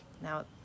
Now